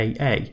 AA